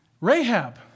Rahab